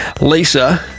Lisa